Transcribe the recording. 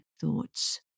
thoughts